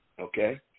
Okay